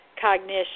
cognition